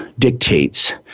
Dictates